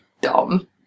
dumb